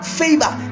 favor